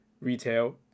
retail